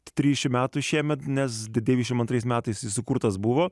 trisdešimt metų šiemet nes devyniasdešimt antrais metais jis sukurtas buvo